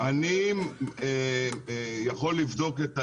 אני יכול לבדוק את העניין,